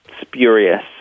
spurious